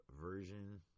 version